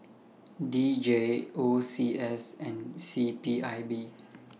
D J O C S and C P I B